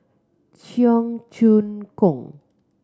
Cheong Choong Kong